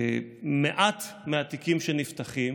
מעט מהתיקים שנפתחים